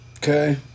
Okay